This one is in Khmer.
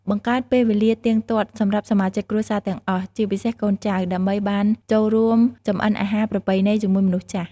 បង្កើតពេលវេលាទៀងទាត់សម្រាប់សមាជិកគ្រួសារទាំងអស់ ជាពិសេសកូនចៅ ដើម្បីបានចូលរួមចម្អិនអាហារប្រពៃណីជាមួយមនុស្សចាស់។